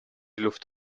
luft